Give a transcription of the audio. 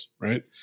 right